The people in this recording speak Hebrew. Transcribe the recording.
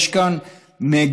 יש כאן מגמה,